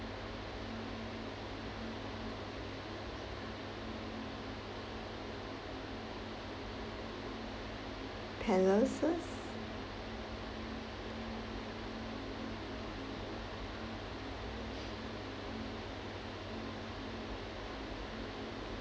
palaces